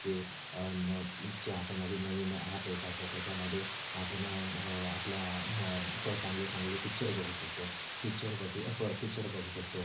म्हणजे नं जे आता नवीन नवीन ॲप येतात त त्याच्यामध्ये आपण आपल्या मग कं चांगले चांगले पिच्चर बघू शकतो पिच्चर बघू पं पिच्चर बघू शकतो